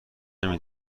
نمی